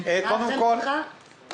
אם תוכל לאפשר לו להתייחס.